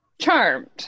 charmed